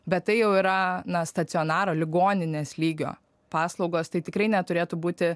bet tai jau yra na stacionaro ligoninės lygio paslaugos tai tikrai neturėtų būti